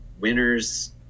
winner's